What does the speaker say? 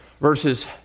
Verses